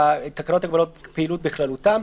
תקנות הגבלות פעילות בכללותם,